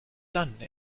done